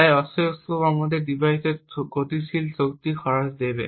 তাই অসিলোস্কোপ আমাদের ডিভাইসের গতিশীল শক্তি খরচ দেবে